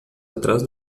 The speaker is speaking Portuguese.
atrás